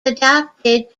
adapted